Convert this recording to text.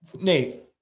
Nate